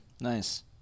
Nice